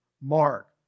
Mark